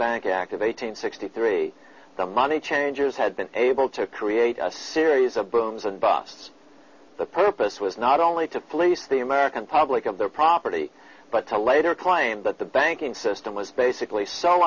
bank act of eight hundred sixty three the money changers had been able to create a series of booms and busts the purpose was not only to fleece the american public of their property but to later claim that the banking system was basically so